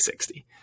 60